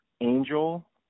Angel